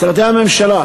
משרדי הממשלה,